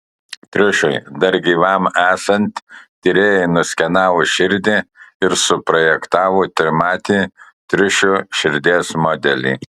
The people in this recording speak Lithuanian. triušiui dar gyvam esant tyrėjai nuskenavo širdį ir suprojektavo trimatį triušio širdies modelį